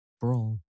brawl